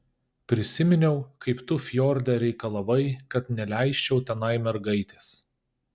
prisiminiau kaip tu fjorde reikalavai kad neleisčiau tenai mergaitės